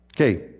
Okay